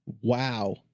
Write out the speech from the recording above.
WoW